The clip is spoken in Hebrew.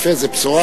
יפה, זה בשורה.